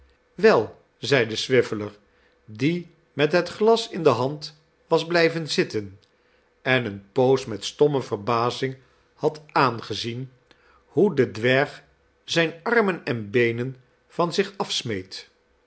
wei zeide swiveller die met het glas in de hand was blijven zitten en eene poos met stomme verbazing had aangezien hoe de dwerg zijne armen en beenen van zich afsmeet